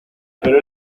pero